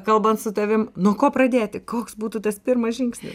kalbant su tavim nuo ko pradėti koks būtų tas pirmas žingsnis